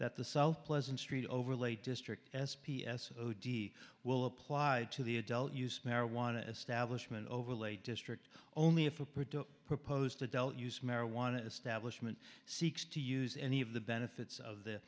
that the south pleasant street overlay district s p s o d will apply to the adult use marijuana establishment overlay district only if a part of proposed adult use marijuana establishment seeks to use any of the benefits of the